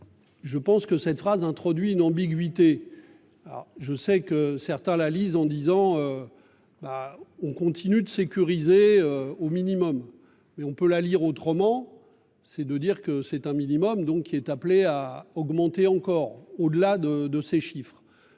Je pense que cette phrase introduit une ambiguïté. Alors je sais que certains la en disant. Ben on continue de sécuriser au minimum mais on peut la lire autrement c'est de dire que c'est un minimum donc qui est appelé à augmenter encore au-delà de, de ces chiffres.